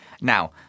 Now